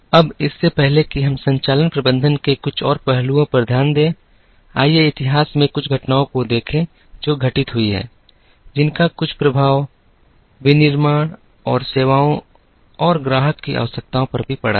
अब इससे पहले कि हम संचालन प्रबंधन के कुछ और पहलुओं पर ध्यान दें आइए इतिहास में कुछ घटनाओं को देखें जो घटित हुई हैं जिनका कुछ प्रभाव विनिर्माण और सेवाओं और ग्राहक की आवश्यकताओं पर भी पड़ा है